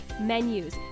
menus